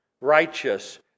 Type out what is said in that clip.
righteous